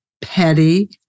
petty